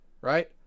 Right